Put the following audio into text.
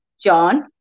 John